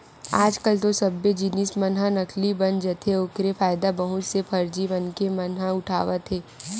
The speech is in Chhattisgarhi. आज कल तो सब्बे जिनिस मन ह नकली बन जाथे ओखरे फायदा बहुत से फरजी मनखे मन ह उठावत हे